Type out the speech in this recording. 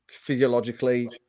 physiologically